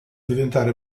diventare